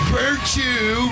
virtue